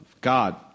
God